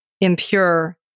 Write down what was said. impure